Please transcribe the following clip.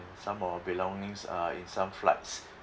some of our belongings are in some flights